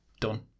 done